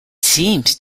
seems